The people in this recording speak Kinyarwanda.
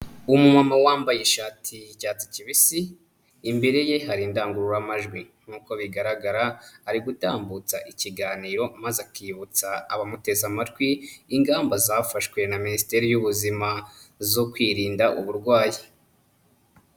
Umumama wambaye ishati y'icyatsi kibisi, imbere ye, hari indangururamajwi nk'uko bigaragara ari gutambutsa ikiganiro, maze akibutsa abamuteze amatwi ingamba zafashwe na Minisiteri y'Ubuzima zo kwirinda uburwayi.